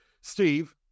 steve